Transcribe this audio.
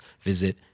visit